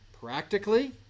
Practically